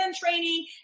training